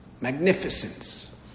Magnificence